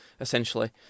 essentially